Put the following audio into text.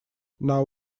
now